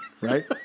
right